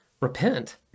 repent